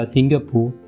Singapore